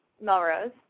Melrose